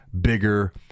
bigger